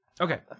Okay